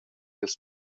ils